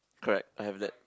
correct I have that